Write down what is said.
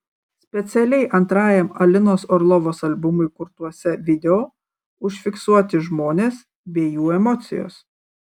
specialiai antrajam alinos orlovos albumui kurtuose video užfiksuoti žmones bei jų emocijos